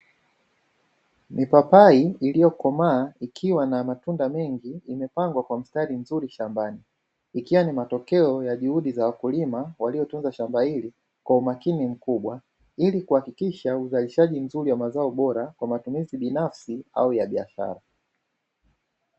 Mipapai iliyokomaa ikiwa na matunda mengi imepangwa kwa mistari vizuri shambani, ikiwa ni matokeo ya juhudi za wakulima waliotunza shamba hili kwa umakini mkubwa, ili kuhakikisha uzalishaji mzuri wa mazao bora kwa matumizi binafsi au ya biashara.